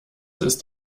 ist